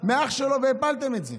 מאח שלו, והפלתם את זה.